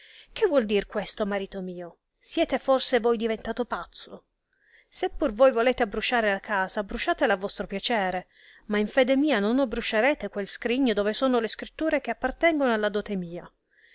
che vuol dir questo marito mio siete forse voi diventato pazzo se pur voi volete abbrusciare la casa brusciatela a vostro piacere ma in fede mia non abbrusciarete quel scrigno dove sono le scritture che appartengono alla dote mia